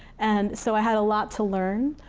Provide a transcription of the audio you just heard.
and so i had a lot to learn.